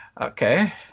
Okay